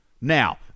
Now